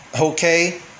okay